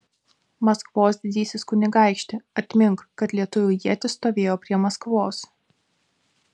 maskvos didysis kunigaikšti atmink kad lietuvių ietis stovėjo prie maskvos